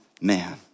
man